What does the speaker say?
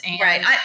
Right